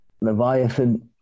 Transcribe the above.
Leviathan